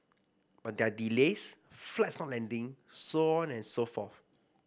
but there are delays flights not landing so on and so forth